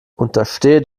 untersteh